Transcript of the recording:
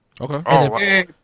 Okay